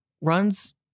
runs